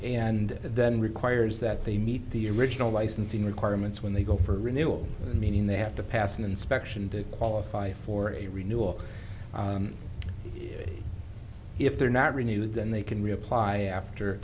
and then requires that they meet the original licensing requirements when they go for renewal meaning they have to pass an inspection to qualify for a renewal if they're not renewed then they can reapply